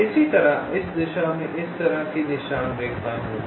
इसी तरह इस दिशा में इस तरह की निशान रेखाएँ होंगी